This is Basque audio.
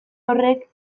horrek